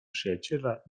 przyjaciela